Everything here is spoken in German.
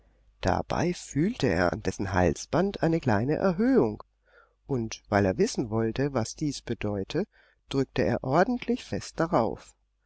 dabei fühlte er an dessen halsband eine kleine erhöhung und weil er wissen wollte was dies bedeute drückte er ordentlich fest darauf